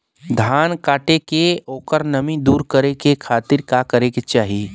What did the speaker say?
धान कांटेके ओकर नमी दूर करे खाती का करे के चाही?